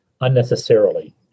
unnecessarily